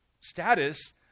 status